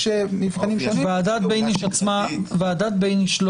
יש מבחנים שונים -- ועדת בייניש לא